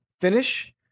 finish